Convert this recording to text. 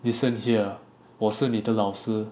listen here 我是你的老师